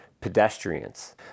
pedestrians